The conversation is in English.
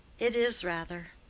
it is, rather.